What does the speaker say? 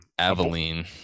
Aveline